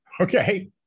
Okay